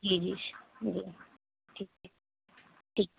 جی جی جی ٹھیک ٹھیک ٹھیک